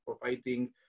providing